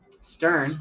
Stern